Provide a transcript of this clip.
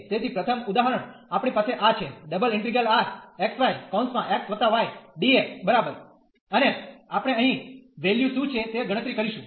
તેથી પ્રથમ ઉદાહરણ આપણી પાસે આ છે અને આપણે અહીં વેલ્યુ શું છે તે ગણતરી કરીશું